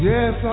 Yes